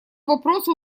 вопросу